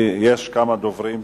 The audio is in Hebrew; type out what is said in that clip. יש כמה דוברים.